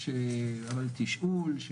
אבל תשאול,